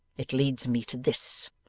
it leads me to this.